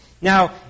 Now